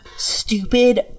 stupid